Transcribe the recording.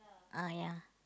ah ya